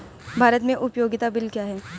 भारत में उपयोगिता बिल क्या हैं?